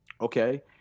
okay